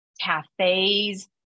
cafes